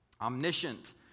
omniscient